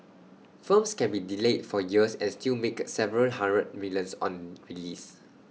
films can be delayed for years and still make A several hundred millions on release